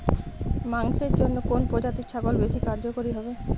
মাংসের জন্য কোন প্রজাতির ছাগল বেশি কার্যকরী হবে?